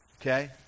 okay